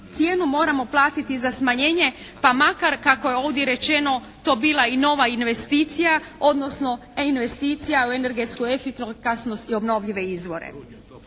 cijenu moramo platiti za smanjenje pa makar kako je ovdje rečeno to bila i nova investicija odnosno E investicija u energetsku efikasnost i obnovljive izvore.